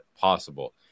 possible